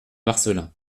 marcelin